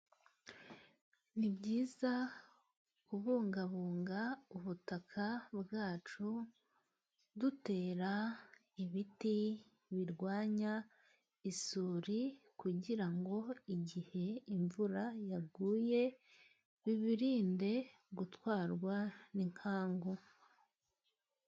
Ni ibyiza kubungabunga ubutaka bwacu, dutera ibiti birwanya isuri ,kugira ngo igihe imvura yaguye ,bibirinde gutwarwa n'inkangu.